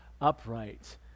upright